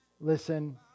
listen